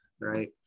right